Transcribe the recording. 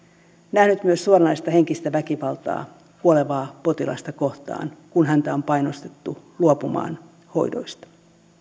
nähnyt myös suoranaista henkistä väkivaltaa kuolevaa potilasta kohtaan kun häntä on painostettu luopumaan hoidoista